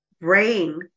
brain